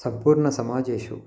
सम्पूर्णं समाजेषु